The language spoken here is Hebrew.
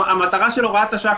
המטרה של הוראת השעה,